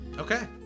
Okay